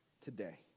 today